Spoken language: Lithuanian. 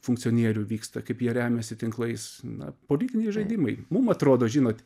funkcionierių vyksta kaip jie remiasi tinklais na politiniai žaidimai mum atrodo žinot